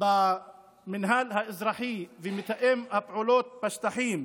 במנהל האזרחי, ומתאם הפעולות בשטחים,